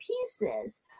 pieces